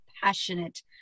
passionate